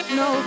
no